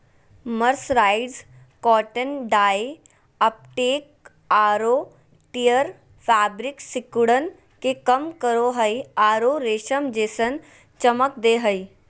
mercerised cotton dye uptake आरो tear fabric सिकुड़न के कम करो हई आरो रेशम जैसन चमक दे हई